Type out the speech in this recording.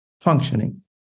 functioning